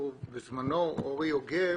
שבזמנו אורי יוגב